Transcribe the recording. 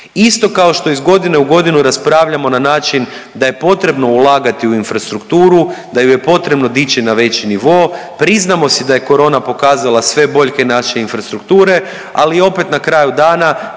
Isto kao što iz godine u godinu raspravljamo na način da je potrebno ulagati u infrastrukturu, da ju je potrebno dići na veći nivo, priznamo si da je korona pokazala sve boljke naše infrastrukture, ali opet na kraju dana